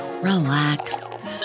relax